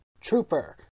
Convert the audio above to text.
trooper